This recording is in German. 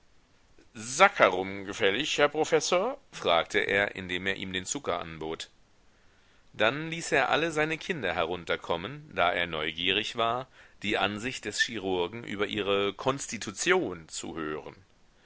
saccharum gefällig herr professor fragte er indem er ihm den zucker anbot dann ließ er alle seine kinder herunterkommen da er neugierig war die ansicht des chirurgen über ihre konstitution zu hören